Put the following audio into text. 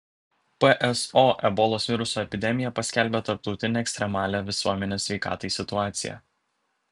pso ebolos viruso epidemiją paskelbė tarptautine ekstremalia visuomenės sveikatai situacija